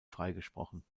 freigesprochen